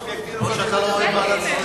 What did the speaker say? נתקבלה.